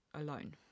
alone